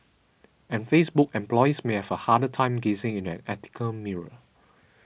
and Facebook employees may have a harder time gazing in an ethical mirror